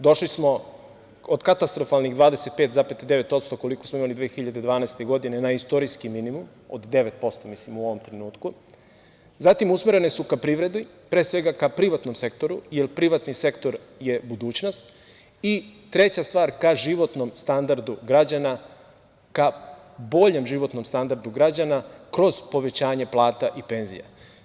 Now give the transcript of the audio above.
Došli smo od katastrofalnih 25,9%, koliko smo imali 2012. godine, na istorijski minimum od 9% u ovom trenutku, zatim usmerene su ka privredi, ka privatnom sektoru, jer privatni sektor je budućnost i, treća stvar, ka životnom standardu građana, ka boljem životnom standardu građana kroz povećanje plata i penzija.